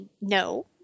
no